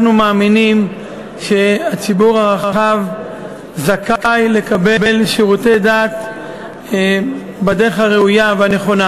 אנחנו מאמינים שהציבור הרחב זכאי לקבל שירותי דת בדרך הראויה והנכונה.